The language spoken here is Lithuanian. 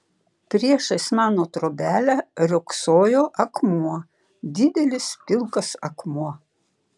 priešais mano trobelę riogsojo akmuo didelis pilkas akmuo